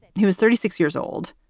who was thirty six years old.